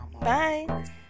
bye